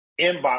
inbox